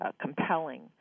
compelling